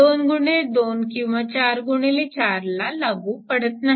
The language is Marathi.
2 गुणिले 2 किंवा 4 गुणिले 4 ला हे लागू पडत नाही